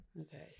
okay